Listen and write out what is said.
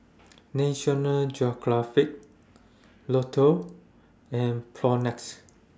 National Geographic Lotto and Propnex